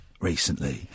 recently